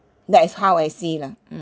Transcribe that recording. that is how I see lah mm